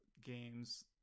games